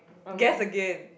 guess again